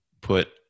put